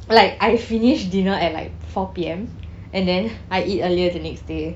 but like I finished dinner at like four P_M and then I eat earlier the next day